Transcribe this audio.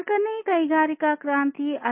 ನಾಲ್ಕನೇ ಕೈಗಾರಿಕಾ ಕ್ರಾಂತಿ ಅಥವಾ ಈ ಉದ್ಯಮ 4